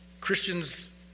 Christians